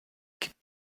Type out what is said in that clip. kippt